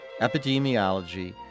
epidemiology